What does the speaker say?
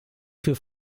für